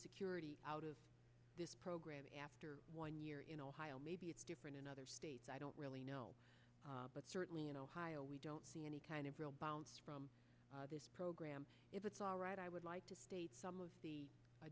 security out of this program after one year in ohio maybe it's different in other states i don't really know but certainly in ohio we don't see any kind of real bounce from this program if it's all right i would like to state some of the